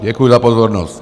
Děkuji za pozornost.